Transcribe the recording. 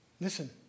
Listen